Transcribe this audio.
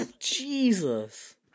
Jesus